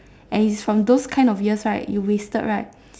and is from those kind of years right you wasted right